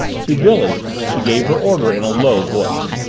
to billy she gave her order in a low voice.